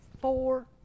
four